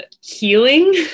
healing